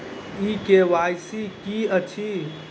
ई KYC की अछि?